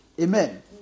Amen